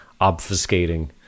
obfuscating